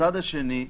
הצד השני,